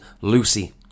Lucy